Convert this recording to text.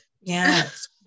Yes